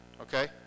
okay